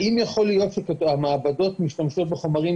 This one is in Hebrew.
האם יכול להיות שבמעבדות שמשתמשות בחומרים